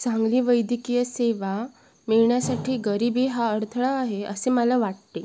चांगली वैद्यकीय सेवा मिळण्यासाठी गरिबी हा अडथळा आहे असे मला वाटते